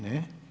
Ne.